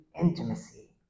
intimacy